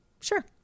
Sure